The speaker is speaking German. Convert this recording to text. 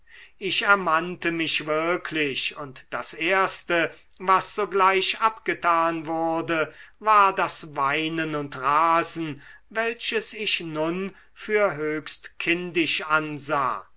ich ermannte mich wirklich und das erste was sogleich abgetan wurde war das weinen und rasen welches ich nun für höchst kindisch ansah